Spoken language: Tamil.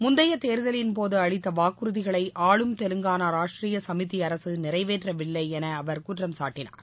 முந்தைய தேர்தலின்போது அளித்த வாக்குறுதிகளை ஆளும் தெலுங்கானா ராஷ்ட்ரீய சமிதி அரசு நிறைவேற்றவில்லை என அவர் குற்றம் சாட்டினார்